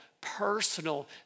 personal